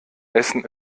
essen